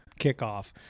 kickoff